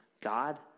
God